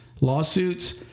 lawsuits